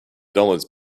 dollars